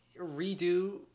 redo